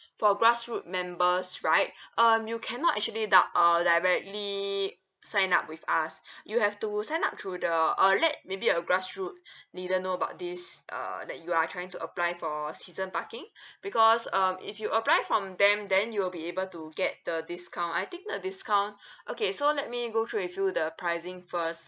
for grassroot members right um you cannot actually dir~ uh directly sign up with us you have to sign up through the unless maybe your grassroot didn't know about this uh that you are trying to apply for season parking because um if you apply from them then you'll be able to get the discount I think the discount okay so let me go through with you the pricing first